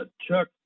Chuck